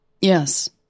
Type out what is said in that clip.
Yes